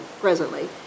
presently